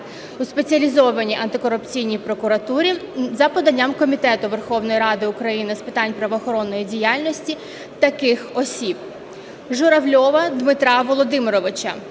у Спеціалізованій антикорупційній прокуратурі за поданням Комітету Верховної Ради України з питань правоохоронної діяльності таких осіб: